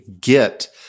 get